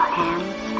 hands